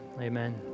Amen